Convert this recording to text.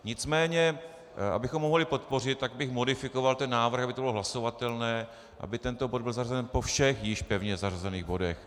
Nicméně abychom ho mohli podpořit, tak bych modifikoval ten návrh, aby to bylo hlasovatelné, aby tento bod byl zařazen po všech již pevně zařazených bodech.